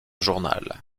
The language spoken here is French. journal